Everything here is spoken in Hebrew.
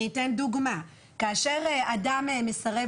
אני אתן דוגמה: כאשר אדם מסרב